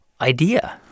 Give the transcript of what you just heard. idea